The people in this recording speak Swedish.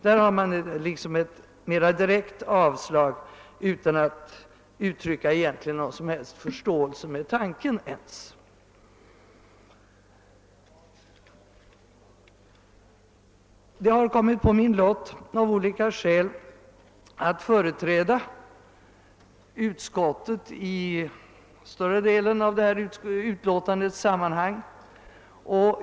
På den punkten har utskottet avstyrkt utan att egentligen uttrycka någon som helst förståelse ens för själva tanken. Det har kommit på min lott av olika skäl att företräda utskottet vad beträffar större delen av utlåtandet.